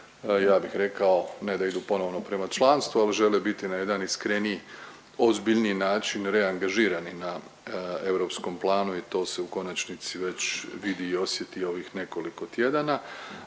ja bih rekao ne da idu ponovno prema članstvu, ali žele biti na jedan iskreniji, ozbiljniji način reangažirani na europskom planu i to se u konačnici već vidi i osjeti ovih nekoliko tjedana,